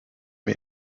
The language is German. mir